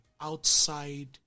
outside